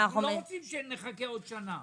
לא רוצים לחכות עד שנה.